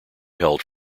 held